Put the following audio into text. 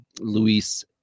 Luis